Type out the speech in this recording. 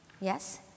Yes